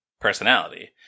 personality